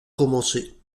commencer